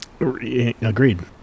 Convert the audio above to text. Agreed